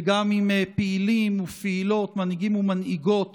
וגם עם פעילים ופעילות, מנהיגים ומנהיגות